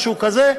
משהו כזה,